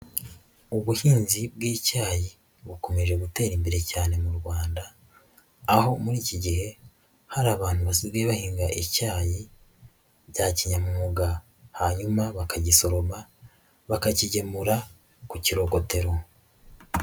Ubuhinzi bw'icyayi bukomeje gutera imbere cyane mu Rwanda aho muri iki gihe hari abantu basigaye bahinga icyayi bya kinyamwuga hanyuma bakagisoroma, bakakigemura ku kirogotero.